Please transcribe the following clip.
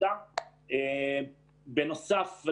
אילו ענפים לא זכאים לפטור,